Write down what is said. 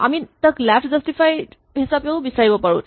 আমি তাক left justified হিচাপেও বিচাৰিব পাৰোঁ